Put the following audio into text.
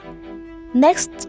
Next